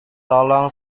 tolong